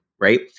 right